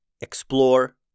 explore